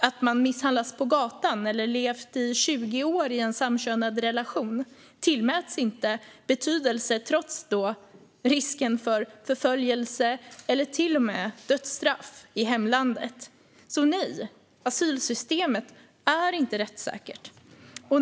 Att man misshandlas på gatan eller har levt i tjugo år i en samkönad relation tillmäts inte betydelse trots risken för förföljelse eller till och med dödsstraff i hemlandet. Så nej, asylsystemet är inte rättssäkert.